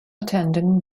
attending